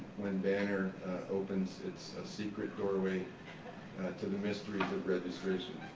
when banner opens its secret doorway to the mysteries of registration.